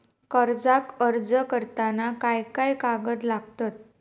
कर्जाक अर्ज करताना काय काय कागद लागतत?